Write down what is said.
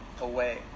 away